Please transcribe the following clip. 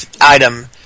item